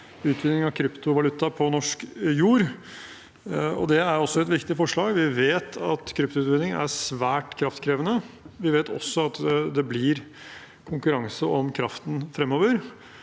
utvinning av kryptovaluta på norsk jord, og det er også et viktig forslag. Vi vet at kryptoutvinning er svært kraftkrevende. Vi vet også at det blir konkurranse om kraften fremover,